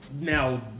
Now